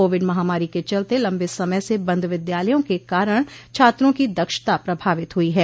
Covid महामारी के चलते लम्बे समय से बंद विद्यालयों के कारण छात्रों की दक्षता प्रभावित हुई है